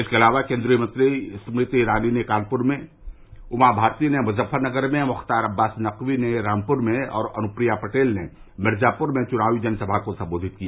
इसके अलावा केन्द्रीय मंत्री स्मृति ईरानी ने कानपुर में उमा भारती ने मुजफ्फरनगर में मुख्तार अब्बास नकवी ने रामपुर में और अनुप्रिया पटेल ने मिर्जापुर में चुनावी जनसभा को सम्बोधित किया